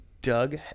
doug